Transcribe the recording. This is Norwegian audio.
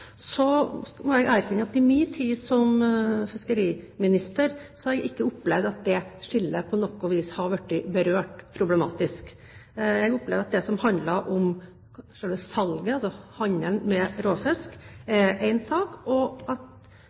må jeg erkjenne at i min tid som fiskeriminister har jeg ikke opplevd at det skillet på noe vis har blitt berørt problematisk. Jeg opplever at det som handler om selve salget, altså handelen med råfisk, er én sak, og at